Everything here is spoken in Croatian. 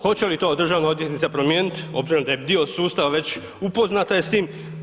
Hoće li to državna odvjetnica promijeniti, obzirom da je dio sustava već upoznata je s tim?